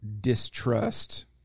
distrust